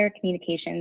communications